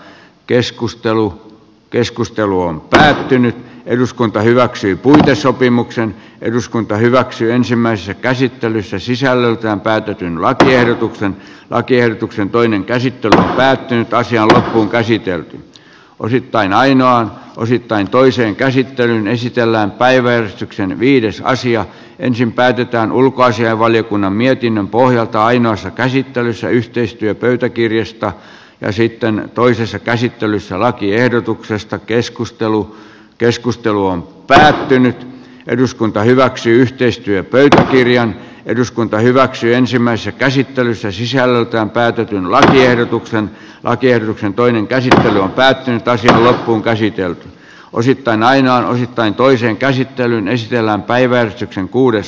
keskustelu keskustelu on päihtynyt eduskunta hyväksyy puhesopimuksen eduskunta hyväksyi ensimmäisessä käsittelyssä sisällöltään päätetyn varten ehdotuksen lakiehdotuksen toinen käsittely päättyipä asialla on käsitelty osittain aina osittain toisen käsittelyn esitellään päiväjärjestyksen viides karsia ensin päätetään ulkoasiainvaliokunnan mietinnön pohjalta ainoassa käsittelyssä yhteistyöpöytäkirjasta ja sitten toisessa käsittelyssä lakiehdotuksesta keskustelu on keskustelua on lähtenyt eduskunta hyväksyy yhteistyöpöytäkirjan eduskunta hyväksyi ensimmäisessä käsittelyssä sisällöltään käytetyn lahjoitukseen on kierroksen toinen käsittely on päättynyt ja asia on käsitelty osittain aina osittain toisen käsittelyn esitellään päivälehti kuudes